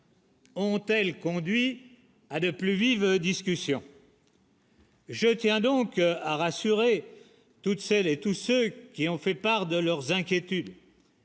Ont-elles conduit à ne plus vive discussion. Je tiens donc à rassurer toutes celles et tous ceux qui ont fait part de leurs inquiétudes